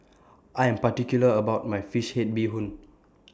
I Am particular about My Fish Head Bee Hoon